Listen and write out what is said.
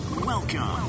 welcome